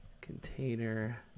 container